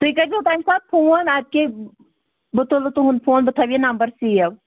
تُہۍ کٔرۍ زیو تَمہِ ساتہٕ فون اَدٕ کے بہٕ تُلہٕ تُہُنٛد فون بہٕ تھَو یہِ نمبر سیو